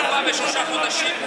בשלושה חודשים,